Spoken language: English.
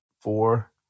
four